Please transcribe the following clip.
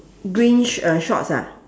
green uh shorts ah